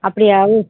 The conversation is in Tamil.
அப்படியா